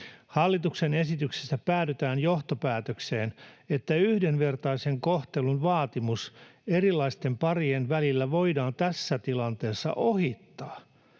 Hallituksen esityksessä päädytään johtopäätökseen, että yhdenvertaisen kohtelun vaatimus erilaisten parien välillä voidaan tässä tilanteessa ohittaa,